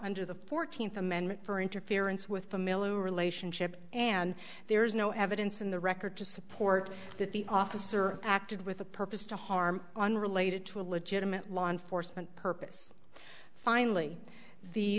under the fourteenth amendment for interference with familial relationship and there is no evidence in the record to support that the officer acted with a purpose to harm on related to a legitimate law enforcement purpose finally the